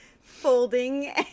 folding